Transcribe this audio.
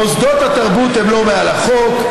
מוסדות התרבות הם לא מעל החוק.